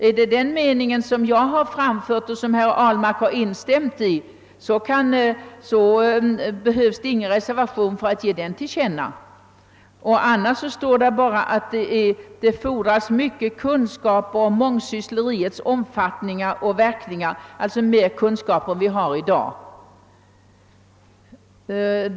Är det den mening som jag har framfört och som herr Ahlmark har instämt i, behövs det ingen reservation för att ge den till känna. För Övrigt står det i reservationen bara att det fordras mycket mer av kunskaper om mångsyssleriets omfattning och verkningar än vi har i dag.